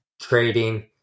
trading